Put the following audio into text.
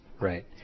Right